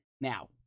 Now